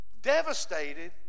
devastated